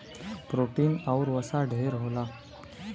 protein आउर वसा ढेर होला